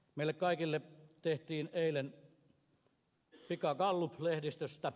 meille kaikille tehtiin eilen pikagallup lehdistöstä